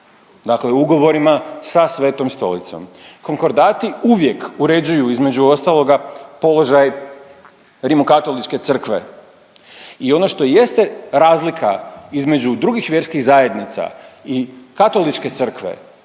Dakle ugovorima sa Svetom stolicom. Konkordati uvijek uređuju između ostaloga položaj Rimokatoličke crkve i ono što jeste razlika između drugih vjerskih zajednica i Katoličke crkve